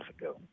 ago